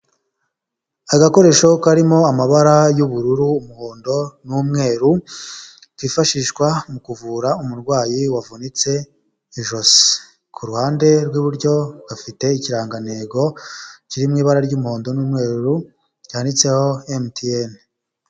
Agakoresho karimo amabara y'ubururu, umuhondo n'umweru, kifashishwa mu kuvura umurwayi wavunitse ijosi, ku ruhande rw'iburyo gafite ikirangantego kiri mu ibara ry'umuhondo n'umweru ryanditseho emutiyeni.